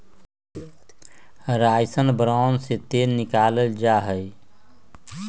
rice bran से तेल निकाल्ल जाहई